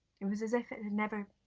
it was as if it had never